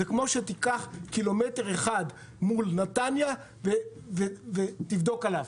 זה כמו שתיקח קילומטר אחד מול נתניה ותבדוק עליו.